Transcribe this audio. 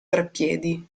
treppiedi